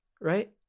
right